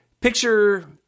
picture